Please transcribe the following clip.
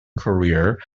career